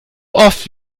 oft